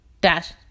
Dash